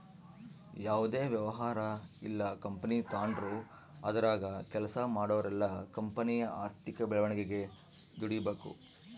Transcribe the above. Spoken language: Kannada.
ಯಾವುದೇ ವ್ಯವಹಾರ ಇಲ್ಲ ಕಂಪನಿ ತಾಂಡ್ರು ಅದರಾಗ ಕೆಲ್ಸ ಮಾಡೋರೆಲ್ಲ ಕಂಪನಿಯ ಆರ್ಥಿಕ ಬೆಳವಣಿಗೆಗೆ ದುಡಿಬಕು